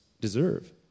deserve